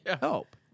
help